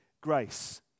grace